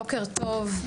בוקר טוב,